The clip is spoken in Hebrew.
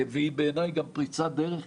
והיא בעיניי גם פריצת דרך.